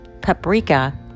paprika